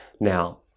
Now